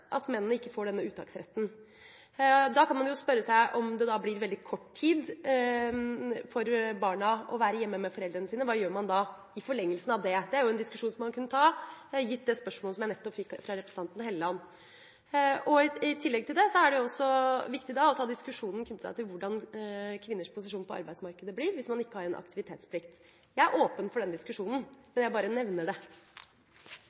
at mennene ikke får denne uttaksretten. Da kan man spørre seg om det blir veldig kort tid for barna å være hjemme med foreldrene sine. Hva gjør man da i forlengelsen av det? Det er en diskusjon man kunne ta, gitt det spørsmålet jeg nettopp fikk fra representanten Hofstad Helleland. I tillegg er det også viktig å ta diskusjonen knyttet til hvordan kvinners posisjon på arbeidsmarkedet blir hvis man ikke har en aktivitetsplikt. Jeg er åpen for denne diskusjonen,